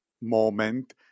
moment